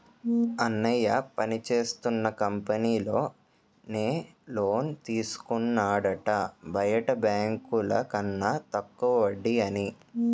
అన్నయ్య పనిచేస్తున్న కంపెనీలో నే లోన్ తీసుకున్నాడట బయట బాంకుల కన్న తక్కువ వడ్డీ అని